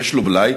ויש לו בלאי,